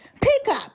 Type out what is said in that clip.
pickup